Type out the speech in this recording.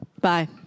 Bye